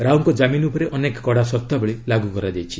ରାଓଙ୍କ ଜାମିନ୍ ଉପରେ ଅନେକ କଡ଼ା ସର୍ତାବଳୀ ଲାଗୁ କରାଯାଇଛି